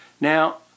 Now